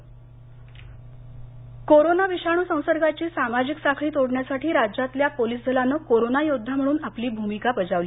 अशोक चव्हाण कोरोनाविषाणू संसर्गाची सामाजिक साखळी तोडण्यासाठी राज्यातल्या पोलीस दलानं कोरोना योद्धा म्हणून आपली भूमीका बजावली